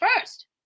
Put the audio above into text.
first